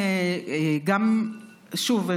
שוב,